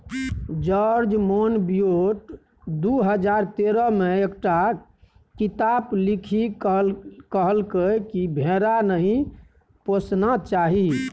George Monbiot दु हजार तेरह मे एकटा किताप लिखि कहलकै कि भेड़ा नहि पोसना चाही